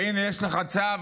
והינה, יש לך צו